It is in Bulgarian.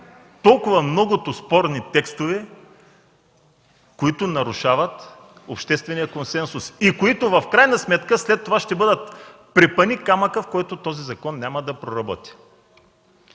толкова многото спорни текстове, които нарушават обществения консенсус и които в крайна сметка след това ще бъдат препъникамъка, заради който този закон няма да проработи.